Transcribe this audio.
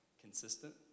Consistent